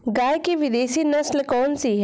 गाय की विदेशी नस्ल कौन सी है?